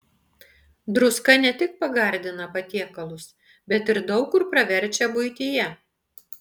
druska ne tik pagardina patiekalus bet ir daug kur praverčia buityje